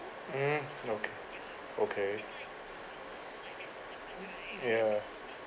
mm okay okay ya